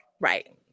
Right